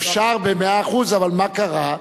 אפשר במאה אחוז, אבל מה קרה?